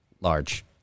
large